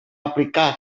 aplicar